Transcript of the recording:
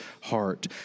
heart